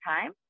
time